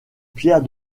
pierre